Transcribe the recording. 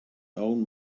own